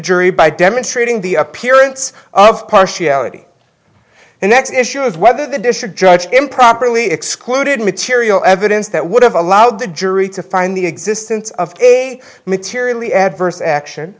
jury by demonstrating the appearance of partiality the next issue is whether the district judge improperly excluded material evidence that would have allowed the jury to find the existence of a materially adverse action